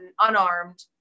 unarmed